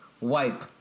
wipe